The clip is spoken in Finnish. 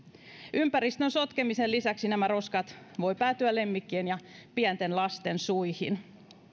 ympäristön sotkemisen lisäksi nämä roskat voivat päätyä lemmikkien ja pienten lasten suihin